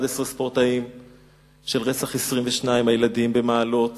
של רצח 22 הילדים במעלות